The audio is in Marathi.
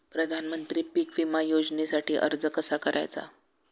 प्रधानमंत्री पीक विमा योजनेसाठी अर्ज कसा करायचा?